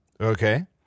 Okay